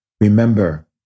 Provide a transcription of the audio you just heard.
remember